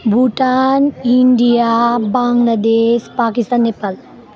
Bhutan India Bangladesh Pakistan Nepal